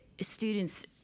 students